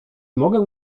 mogę